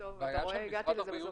טוב, אתה רואה, הגעתי לזה בסוף.